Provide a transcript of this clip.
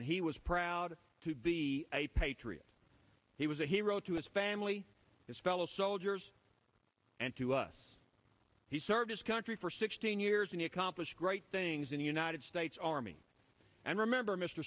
he was proud to be a patriot he was a hero to his family his fellow soldiers and to us he served his country for sixteen years in the accomplish great things in the united states army and remember mr